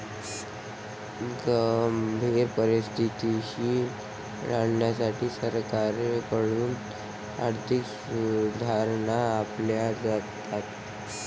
गंभीर परिस्थितीशी लढण्यासाठी सरकारकडून आर्थिक सुधारणा आणल्या जातात